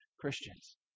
Christians